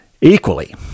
equally